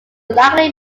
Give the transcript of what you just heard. likely